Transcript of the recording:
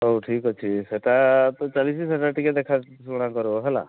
ହେଉ ଠିକ୍ ଅଛି ସେଇଟା ତ ଚାଲିଛି ସେଇଟା ତ ଦେଖା ଶୁଣା କର ହେଲା